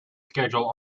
schedule